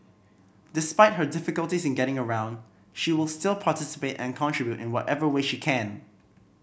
despite her difficulties in getting around she will still participate and contribute in whatever way she can